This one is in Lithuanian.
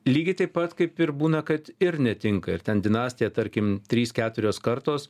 lygiai taip pat kaip ir būna kad ir netinka ir ten dinastija tarkim trys keturios kartos